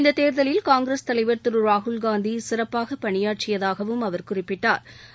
இந்த தேர்தலில் காங்கிரஸ் தலைவர் திரு ராகுல்காந்தி சிறப்பாக பணியாற்றியதாகவும் அவர் குறிப்பிட்டா்